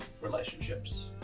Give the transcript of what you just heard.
relationships